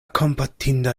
kompatinda